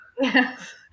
yes